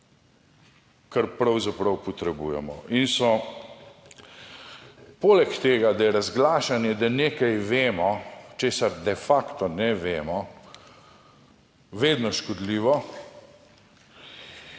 kar pravzaprav potrebujemo in so poleg tega, da je razglašanje, da nekaj vemo, česar de facto ne vemo, vedno škodljivo.